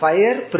Fire